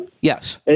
Yes